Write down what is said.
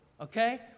Okay